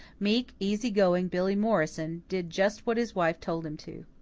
meek, easy-going billy morrison did just what his wife told him to.